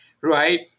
right